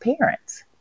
parents